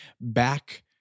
back